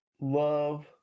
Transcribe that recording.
love